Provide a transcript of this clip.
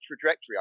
trajectory